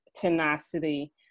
tenacity